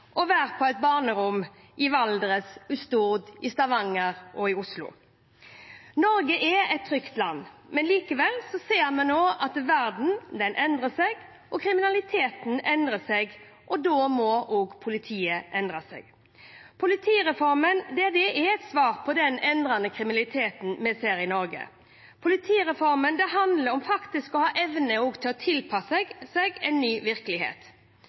skal være like trygt å være på et barnerom i Valdres, på Stord, i Stavanger og i Oslo. Norge er et trygt land, men likevel ser vi nå at verden endrer seg, og at kriminaliteten endrer seg, og da må også politiet endre seg. Politireformen er et svar på den endrede kriminaliteten vi ser i Norge. Politireformen handler faktisk om å ha evne til å tilpasse seg en ny virkelighet.